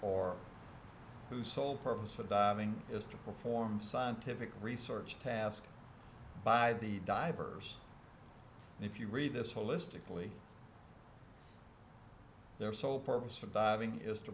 or whose sole purpose for diving is to perform scientific research task by the divers and if you read this holistically their sole purpose for diving is to